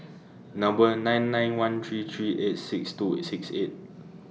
Number nine nine one three three eight six two six eight